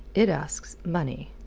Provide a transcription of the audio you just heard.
it asks money.